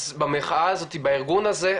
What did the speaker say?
אז במחאה הזאת בארגון הזה,